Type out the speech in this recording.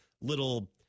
little